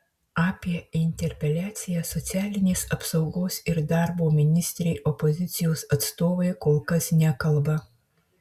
apie interpeliaciją socialinės apsaugos ir darbo ministrei opozicijos atstovai kol kas nekalba